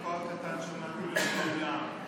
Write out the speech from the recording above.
חלקו הקטן שמעתי באולם.